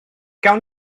gawn